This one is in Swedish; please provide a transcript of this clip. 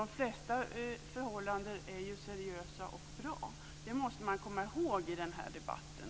De flesta förhållanden är seriösa och bra. Det måste man också komma ihåg i den här debatten.